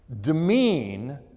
demean